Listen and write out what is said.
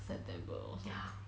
september or something